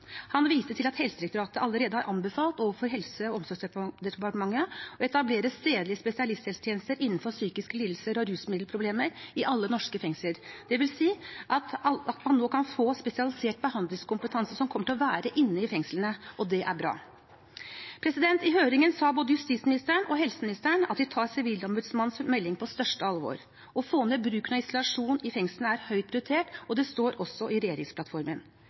Han viste til at Helsedirektoratet allerede har anbefalt overfor Helse- og omsorgsdepartementet å etablere stedlige spesialisthelsetjenester innenfor psykiske lidelser og rusmiddelproblemer i alle norske fengsler, dvs. at man nå kan få spesialisert behandlingskompetanse i fengslene, og det er bra. I høringen sa både justisministeren og helseministeren at de tar Sivilombudsmannens melding på største alvor. Å få ned bruken av isolasjon i fengslene er høyt prioritert, og det står også i regjeringsplattformen.